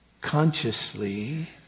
consciously